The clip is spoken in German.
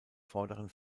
vorderen